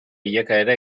bilakaera